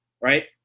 Right